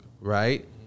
right